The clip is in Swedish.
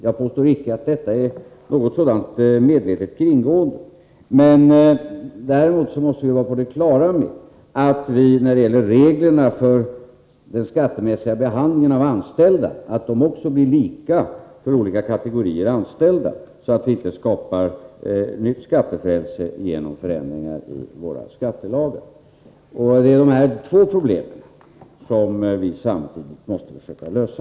Jag påstår icke att detta är något sådant medvetet kringgående. Däremot måste vi vara på det klara med att reglerna för den skattemässiga behandlingen av anställda också blir lika för olika kategorier anställda, så att vi inte skapar ett nytt skattefrälse genom förändringar i våra skattelagar. Det är dessa två problem som vi samtidigt måste försöka lösa.